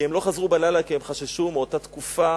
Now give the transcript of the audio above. הם לא חזרו בלילה כי הם חששו באותה תקופה